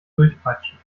durchpeitschen